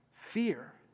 Fear